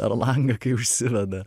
per langą kai užsiveda